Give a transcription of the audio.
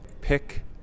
Pick